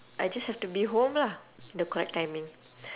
I just have to be home lah the correct timing